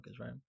right